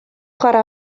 chwarae